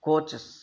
coaches